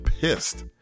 pissed